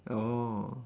oh